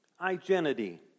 identity